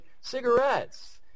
cigarettes